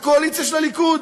הקואליציה של הליכוד.